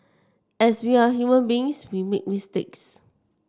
as we are human beings we make mistakes